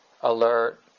alert